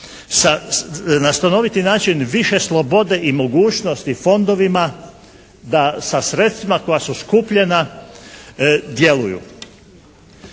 na stanoviti način više slobode i mogućnosti fondovima da sa sredstvima koja su skupljena djeluju.